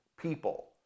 people